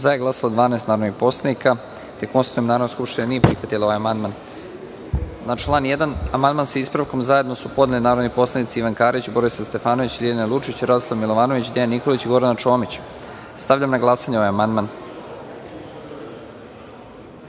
od ukupno 194 narodna poslanika. Konstatujem da Narodna skupština nije prihvatila ovaj amandman. Na član 1. amandman sa ispravkom zajedno su podneli narodni poslanici Ivan Karić, Borislav Stefanović, Ljiljana Lučić, Radoslav Milovanović, Dejan Nikolić i Gordana Čomić. Stavljam na glasanje ovaj amandman. Molim